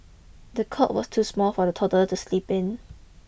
the cot was too small for the toddler to sleep in